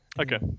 Okay